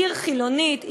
עיר חילונית,